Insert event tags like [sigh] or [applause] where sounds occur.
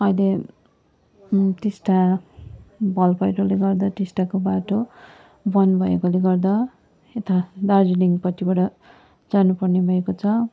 अहिले [unintelligible] टिस्टा भल पहिरोले गर्दा टिस्टाको बाटो बन्द भएकोले गर्दा यता दार्जिलिङपट्टिबाट जानु पर्ने भएको छ